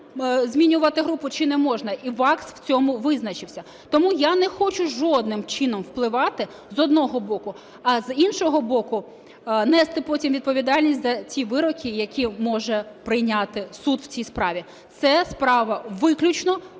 змінювати групу чи не можна, і ВАКС в цьому визначився. Тому я не хочу жодним чином впливати, з одного боку, а з іншого боку – нести потім відповідальність за ті вироки, які може прийняти суд в цій справі. Це справа виключно